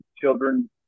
children